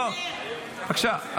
בבקשה,